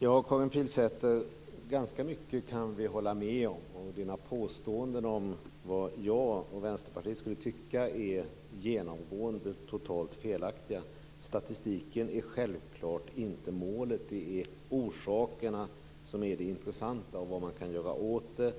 Herr talman! Vi kan hålla med om ganska mycket, Karin Pilsäter. Men Karin Pilsäters påståenden om vad jag och Vänsterpartiet tycker är genomgående totalt felaktiga. Statistiken är självfallet inte målet. Det är orsakerna och vad man kan göra åt dem som är intressanta.